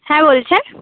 হ্যাঁ বলছে